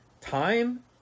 time